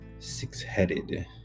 Six-headed